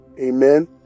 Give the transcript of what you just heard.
Amen